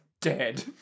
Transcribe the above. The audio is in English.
dead